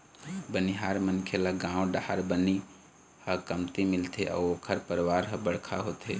बनिहार मनखे ल गाँव डाहर बनी ह कमती मिलथे अउ ओखर परवार ह बड़का होथे